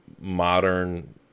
modern